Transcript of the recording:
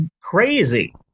crazy